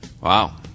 Wow